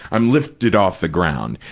i'm lifted off the ground,